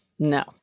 No